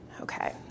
Okay